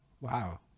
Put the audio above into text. Wow